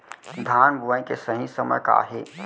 धान बोआई के सही समय का हे?